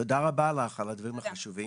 תודה רבה לך על הדברים החשובים.